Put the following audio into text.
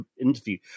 interview